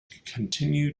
continue